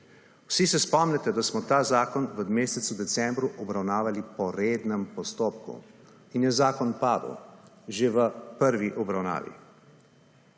Vsi se spomnite, da smo ta zakon v mesecu decembru obravnavali po rednem postopku in je zakon padel že v prvi obravnavi,